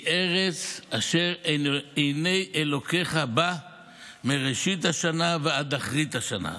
היא ארץ אשר עיני אלוקיך בה מראשית השנה ועד אחרית השנה.